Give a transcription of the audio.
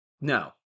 No